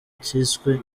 cyiswe